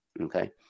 Okay